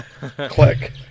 click